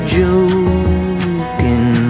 joking